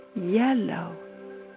yellow